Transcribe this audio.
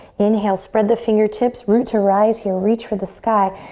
inhale, spread the fingertips. root to rise here. reach for the sky.